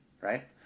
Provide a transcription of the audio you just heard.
right